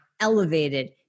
elevated